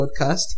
podcast